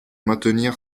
maintenir